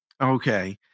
okay